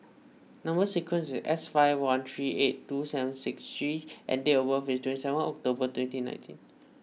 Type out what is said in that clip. Number Sequence is S five one three eight two seven six G and date of birth is twenty seven October twenty nineteen